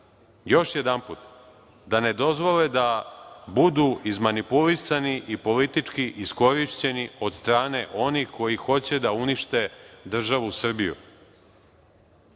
još jedanput da ne dozvole da budu izmanipulisani, politički iskorišćeni od strane onih koji hoće da unište državu Srbiju. Nemojte